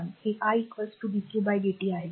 १ हे Idqdt आहे